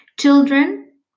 Children